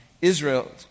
Israel